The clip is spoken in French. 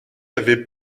avait